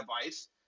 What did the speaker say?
device